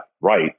right